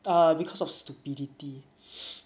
uh because of stupidity